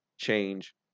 change